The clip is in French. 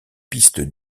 piste